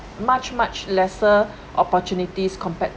much much lesser opportunities compared